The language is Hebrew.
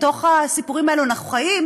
בתוך הסיפורים האלה אנחנו חיים,